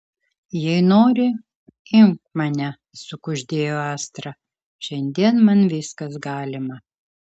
jei nori imk mane sukuždėjo astra šiandien man viskas galima